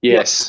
Yes